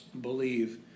believe